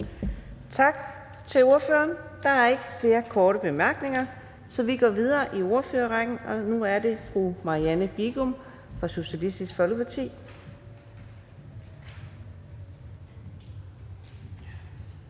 Tak til ordføreren. Der er ikke flere korte bemærkninger, så vi går videre i ordførerrækken, og nu er det fru Marianne Bigum fra Socialistisk Folkeparti.